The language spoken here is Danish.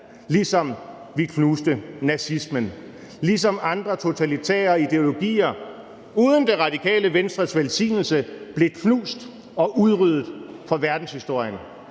ligesom vi knuste nazismen, og ligesom andre totalitære ideologier uden Radikale Venstres velsignelse blev knust og udryddet fra verdenshistorien,